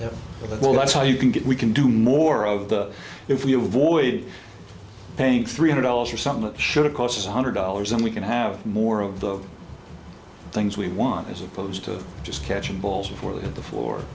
it well that's how you can get we can do more of that if we avoid paying three hundred dollars for something that should of course one hundred dollars and we can have more of the things we want as opposed to just catching balls before they hit the floor